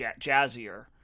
jazzier